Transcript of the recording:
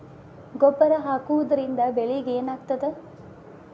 ಗೊಬ್ಬರ ಹಾಕುವುದರಿಂದ ಬೆಳಿಗ ಏನಾಗ್ತದ?